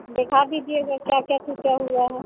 देखा दीजिएगा क्या क्या टूटा हुआ है